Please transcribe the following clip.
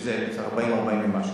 שזה יוצא 40, 40 ומשהו.